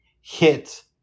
hit